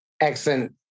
Excellent